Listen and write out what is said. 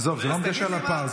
עזוב, זה לא מגשר על הפער.